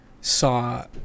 saw